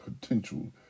potential